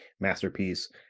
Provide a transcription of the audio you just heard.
masterpiece